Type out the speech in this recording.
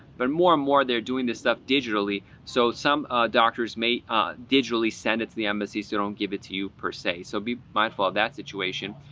but more and more, they're doing this stuff digitally. so some doctors may ah digitally send it to the embassy so don't give it to you per se. so be mindful of that situation.